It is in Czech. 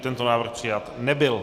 Tento návrh přijat nebyl.